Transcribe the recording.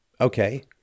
Okay